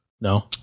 No